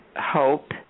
hope